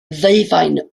ddeufaen